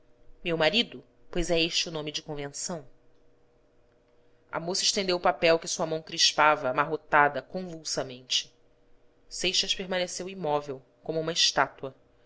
meu marido pois é este o nome de convenção a moça estendeu o papel que sua mão crispada amarrotava convulsamente seixas permaneceu imóvel como uma estátua